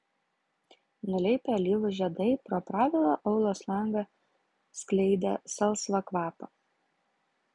nuleipę alyvų žiedai pro pravirą aulos langą skleidė salsvą kvapą